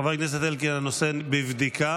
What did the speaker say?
חבר הכנסת אלקין, הנושא בבדיקה.